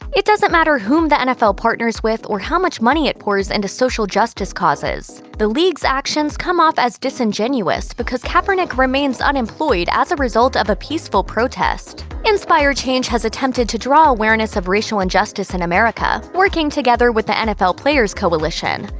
it doesn't matter whom the nfl partners with, or how much money it pours into social-justice causes. the league's actions come off as disingenuous because kaepernick remains unemployed as a result of a peaceful protest. inspire change has attempted to draw awareness of racial injustice in america, working together with the nfl players coalition.